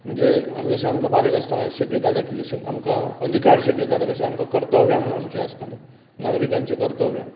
म्हणजे जशें आमकां बारीक आसतना शिकयताले जशे आमकां अधिकार शिकयताले कर्तव्यां म्हूण आमचीं आसतालीं नागरीकांची कर्तव्यां